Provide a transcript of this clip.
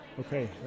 Okay